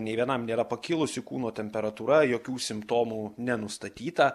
nė vienam nėra pakilusi kūno temperatūra jokių simptomų nenustatyta